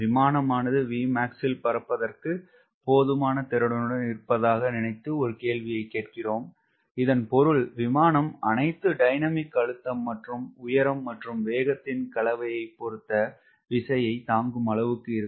விமானமானது Vmax ல் பறப்பதற்கு போதுமான திறனுடன் இருப்பதாக நினைத்து ஒரு கேள்வியை கேட்கிறோம் இதன் பொருள் விமானம் அனைத்து டைனமிக்அழுத்தம் மற்றும் உயரம் மற்றும் வேகத்தின் கலவையை பொருத்த விசையை தாங்கும் அளவுக்கு இருக்கும்